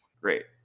Great